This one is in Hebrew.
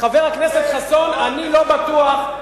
חבר הכנסת חסון, אני לא בטוח.